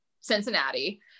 Cincinnati